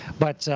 but